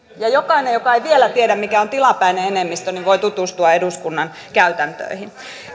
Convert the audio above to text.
ja jokainen joka ei vielä tiedä mikä on tilapäinen enemmistö voi tutustua eduskunnan käytäntöihin